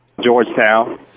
Georgetown